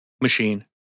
Machine